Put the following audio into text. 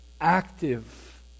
active